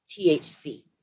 THC